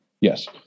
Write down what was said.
Yes